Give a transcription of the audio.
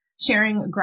sharing